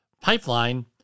pipeline